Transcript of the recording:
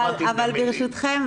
ברשותכם,